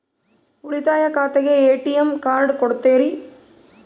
ಉಳಿತಾಯ ಖಾತೆಗೆ ATM card ಕೊಡ್ತೇರಿ?